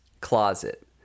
closet